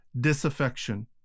disaffection